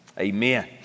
amen